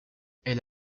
elle